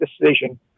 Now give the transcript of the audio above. decision